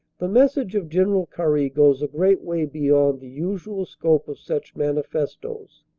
the message of general currie goes a great way beyond the usual scope of such manifestoes.